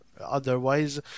otherwise